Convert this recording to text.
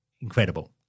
incredible